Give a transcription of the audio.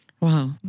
Wow